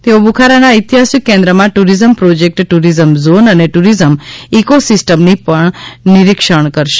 તેઓ બુખારાના ઐતિહાસિક કેન્દ્રમાં ટુરિઝમ પ્રોજેક્ટ ટુરિઝમ ઝોન અને ટુરિઝમ ઇકોસિસ્ટમની પણ નિરિક્ષણ મુલાકાત કરશે